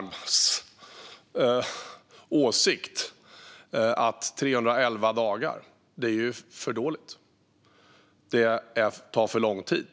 Larms åsikt att 311 dagar är för dåligt. Det tar för lång tid.